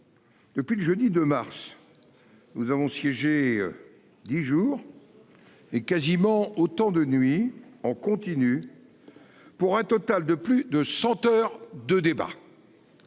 Depuis le jeudi 2 mars. Nous avons siégé. 10 jours. Bonsoir. Et quasiment autant de nuit en continu. Pour un total de plus de 100 heures de débats.